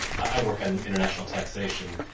i work on international taxation.